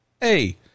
hey